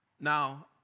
Now